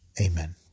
Amen